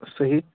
صحی